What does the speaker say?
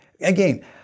again